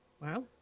Wow